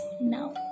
now